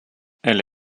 elle